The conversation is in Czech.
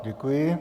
Děkuji.